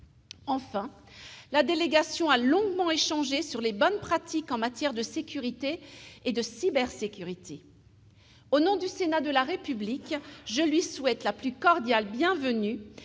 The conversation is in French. Enfin, la délégation a longuement échangé sur les bonnes pratiques en matière de sécurité et de cybersécurité. Au nom du Sénat de la République, je lui souhaite la plus cordiale bienvenue